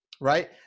Right